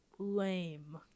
lame